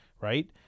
right